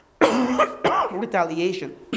retaliation